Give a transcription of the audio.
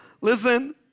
listen